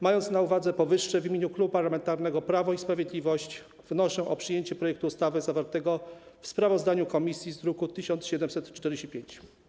Mając na uwadze powyższe, w imieniu Klubu Parlamentarnego Prawo i Sprawiedliwość wnoszę o przyjęcie projektu ustawy zawartego w sprawozdaniu komisji z druku nr 1745.